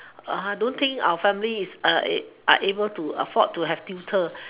I don't think our family is are able to afford to have tutor